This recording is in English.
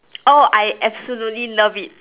oh I absolutely love it